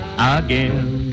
Again